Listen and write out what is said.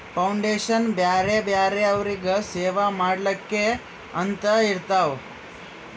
foundation ಬರೇ ಬ್ಯಾರೆ ಅವ್ರಿಗ್ ಸೇವಾ ಮಾಡ್ಲಾಕೆ ಅಂತೆ ಇರ್ತಾವ್